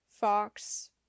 fox